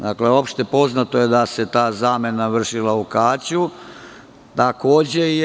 Dakle, opšte poznato je da se ta zamena vršila u Kaću.